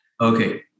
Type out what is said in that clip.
Okay